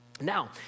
Now